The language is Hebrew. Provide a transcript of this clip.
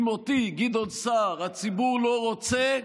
אם אותי, גדעון סער, הציבור לא רוצה,